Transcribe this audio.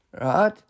right